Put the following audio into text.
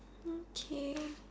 okay